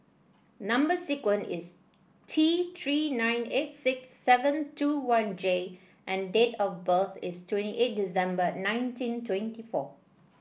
number sequence is T Three nine eight six seven two one J and date of birth is twenty eight December nineteen twenty four